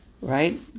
right